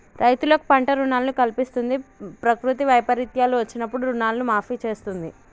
రైతులకు పంట రుణాలను కల్పిస్తంది, ప్రకృతి వైపరీత్యాలు వచ్చినప్పుడు రుణాలను మాఫీ చేస్తుంది